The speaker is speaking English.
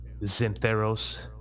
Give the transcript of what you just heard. Zintheros